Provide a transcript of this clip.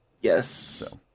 yes